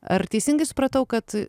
ar teisingai supratau kad